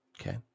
okay